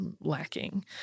lacking